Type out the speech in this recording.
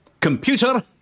Computer